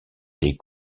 des